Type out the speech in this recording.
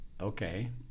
Okay